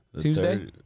Tuesday